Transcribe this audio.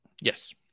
Yes